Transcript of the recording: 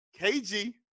KG